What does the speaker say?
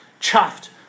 chuffed